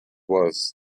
was